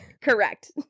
Correct